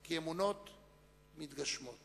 כי אמונות מתגשמות.